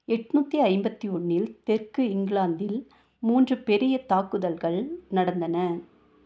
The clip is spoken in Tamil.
எண்நூத்தி ஐம்பத்தி ஒன்றில் தெற்கு இங்கிலாந்தில் மூன்று பெரிய தாக்குதல்கள் நடந்தன